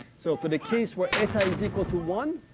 so, for the case where eta is equal to one,